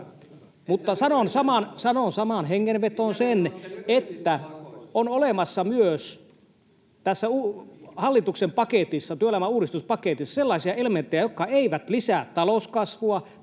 Mutta sanon samaan hengenvetoon sen, että on olemassa myös tässä hallituksen työelämän uudistuspaketissa sellaisia elementtejä, jotka eivät lisää talouskasvua